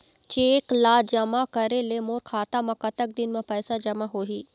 Cheque ला जमा करे ले मोर खाता मा कतक दिन मा पैसा जमा होही?